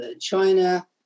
China